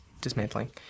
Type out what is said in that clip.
dismantling